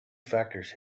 factors